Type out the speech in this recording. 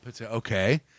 Okay